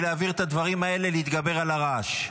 להעביר את הדברים האלה ולהתגבר על הרעש.